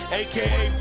aka